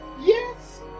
Yes